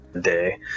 day